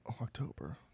October